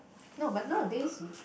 no but nowadays